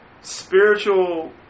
spiritual